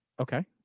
Okay